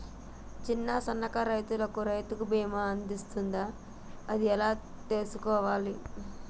చిన్న సన్నకారు రైతులకు రైతు బీమా వర్తిస్తదా అది ఎలా తెలుసుకోవాలి?